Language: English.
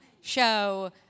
show